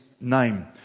name